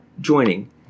joining